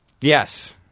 Yes